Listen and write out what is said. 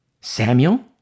Samuel